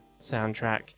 soundtrack